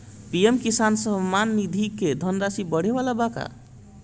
PM Kisan Samman Nidhi क धनराशि बढ़े वाला बा का?